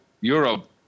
Europe